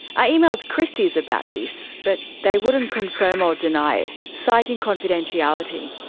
i emailed christie's about this but they wouldn't confirm or deny it, citing confidentiality.